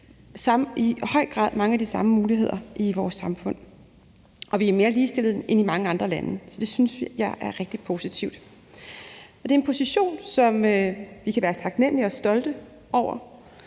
i høj grad mange af de samme muligheder i vores samfund. Vi er mere ligestillet end i mange andre lande, så det synes jeg er rigtig positivt. Det er en position, som vi kan være taknemlige for og stolte over,